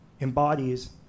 embodies